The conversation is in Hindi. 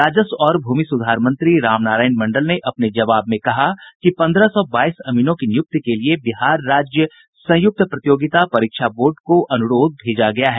राजस्व और भूमि सुधार मंत्री राम नारायण मंडल ने अपने जवाब में कहा कि पंद्रह सौ बाईस अमीनों की नियुक्ति के लिये बिहार राज्य संयुक्त प्रतियोगिता परीक्षा बोर्ड को अनुरोध भेजा गया है